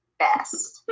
best